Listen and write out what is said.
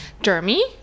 Jeremy